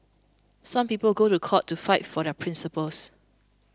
some people go to court to fight for their principles